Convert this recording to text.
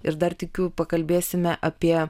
ir dar tikiu pakalbėsime apie